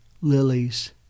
lilies